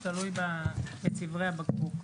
תלוי בצווארי הבקבוק.